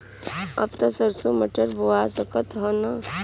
अब त सरसो मटर बोआय सकत ह न?